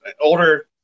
older